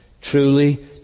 truly